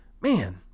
man